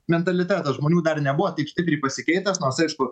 mentalitetas žmonių dar nebuvo taip stipriai pasikeitęs nors aišku